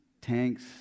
tanks